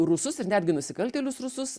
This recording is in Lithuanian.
rusus ir netgi nusikaltėlius rusus